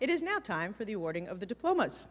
it is now time for the awarding of the diplomas